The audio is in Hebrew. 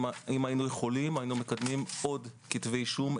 אם היינו יכולים היינו מקדמים עוד כתבי אישום.